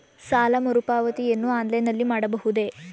ಸಾಲ ಮರುಪಾವತಿಯನ್ನು ಆನ್ಲೈನ್ ನಲ್ಲಿ ಮಾಡಬಹುದೇ?